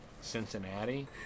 Cincinnati